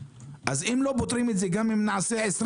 אם לא פותרים את זה גם אם נעשה 20